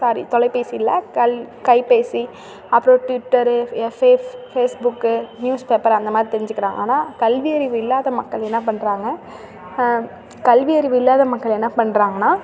sorry தொலைபேசி இல்லை கல் கைபேசி அப்புறம் ட்விட்டரு எ ஃபே ஃபேஸ் புக்கு நியூஸ் பேப்பர் அந்த மாதிரி தெரிஞ்சுக்கிறாங்க ஆனால் கல்வியறிவு இல்லாத மக்கள் என்ன பண்ணுறாங்க கல்வியறிவு இல்லாத மக்கள் என்ன பண்ணுறாங்கன்னா